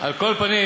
על כל פנים,